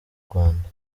rwanda